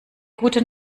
gute